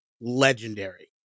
legendary